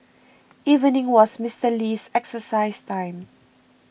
evening was Mister Lee's exercise time